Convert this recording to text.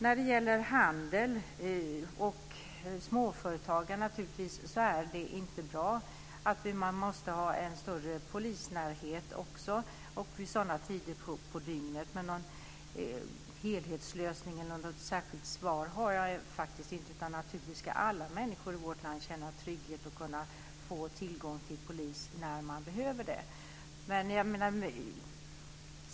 När det gäller handel och småföretagarna är det inte bra att man måste ha en större polisnärhet vid sena tider på dygnet. Någon helhetslösning eller något särskilt svar har jag inte, utan alla människor i vårt land ska kunna känna trygghet och få tillgång till polis när man behöver det.